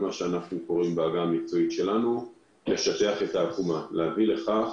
מה שנקרא בעגה המקצועית "לשטח את העקומה" להביא לכך